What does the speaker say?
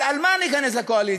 אבל על מה ניכנס לקואליציה?